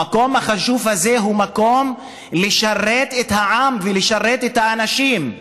המקום החשוב הזה הוא מקום לשרת את העם ולשרת את האנשים,